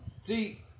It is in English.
See